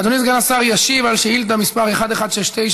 אדוני סגן השר ישיב על שאילתה מס' 1169,